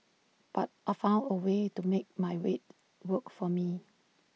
but I found A way to make my weight work for me